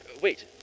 Wait